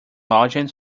lodging